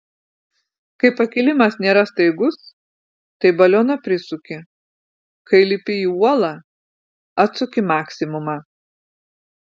kai pakilimas nėra staigus tai balioną prisuki kai lipi į uolą atsuki maksimumą